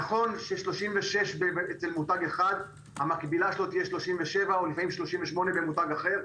נכון שהמקבילה של 36 במותג אחד תהיה 37 או לפעמים 38 במותג אחר.